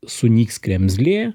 sunyks kremzlė